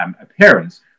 appearance